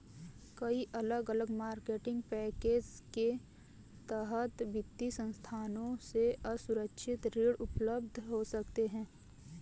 कई अलग अलग मार्केटिंग पैकेज के तहत वित्तीय संस्थानों से असुरक्षित ऋण उपलब्ध हो सकते हैं